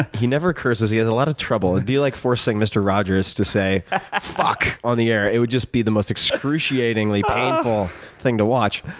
he never curses. he has a lot of trouble. it would be like forcing mr. rogers to say fuck on the air. it would just be the most excruciatingly painful thing to watch.